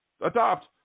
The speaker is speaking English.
adopt